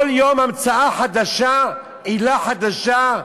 כל יום המצאה חדשה, עילה חדשה,